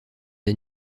des